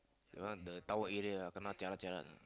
you know the tower area ah kena jialat jialat ah